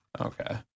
Okay